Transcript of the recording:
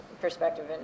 perspective